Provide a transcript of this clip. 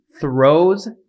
throws